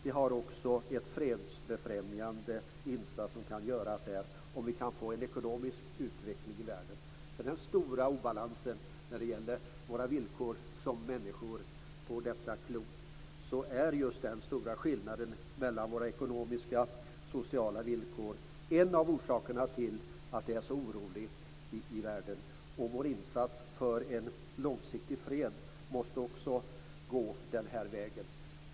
Det är också en fredsbefrämjande insats om vi kan få en ekonomisk utveckling i världen. Det är en stor obalans när det gäller villkoren för människor på detta klot. Just den stora skillnaden mellan våra ekonomiska och sociala villkor är en av orsakerna till att det är så oroligt i världen, och vår insats för en långsiktig fred måste också gå den här vägen.